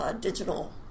digital